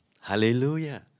Hallelujah